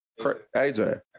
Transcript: AJ